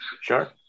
Sure